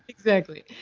exactly.